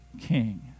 king